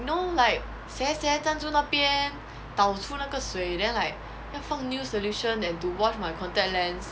you know like seh seh 站住那边倒出那个水 then like 要放 new solution than to watch my contact lens